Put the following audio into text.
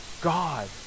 God